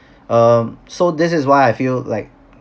um so this is why I feel like